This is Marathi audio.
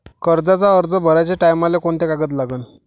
कर्जाचा अर्ज भराचे टायमाले कोंते कागद लागन?